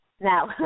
Now